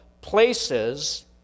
places